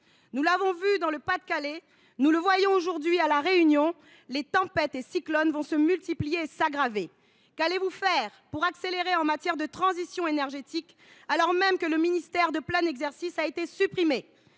Nous l’avons vu dans le Pas de Calais, nous le voyons aujourd’hui à La Réunion, les tempêtes et cyclones se multiplieront et s’aggraveront. Qu’allez vous faire pour accélérer en matière de transition énergétique, alors même que le ministère de plein exercice a été supprimé ?